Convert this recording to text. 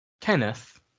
Kenneth